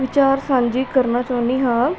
ਵਿਚਾਰ ਸਾਂਝੇ ਕਰਨਾ ਚਾਹੁੰਦੀ ਹਾਂ